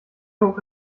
hoch